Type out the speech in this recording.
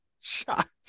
Shots